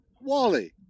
Wally